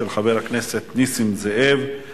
של חבר הכנסת נסים זאב.